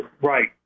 Right